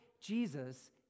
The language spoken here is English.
Jesus